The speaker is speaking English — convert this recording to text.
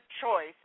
choice